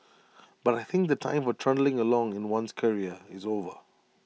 but I think the time for trundling along in one's career is over